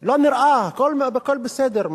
לא נראה, הכול בסדר.